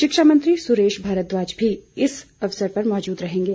शिक्षा मंत्री सुरेश भारद्वाज भी इस अवसर पर मौजूद रहेंगे